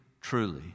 truly